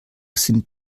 sind